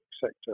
sector